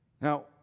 Now